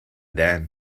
dan